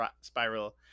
spiral